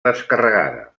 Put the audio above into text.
descarregada